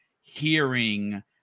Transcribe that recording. hearing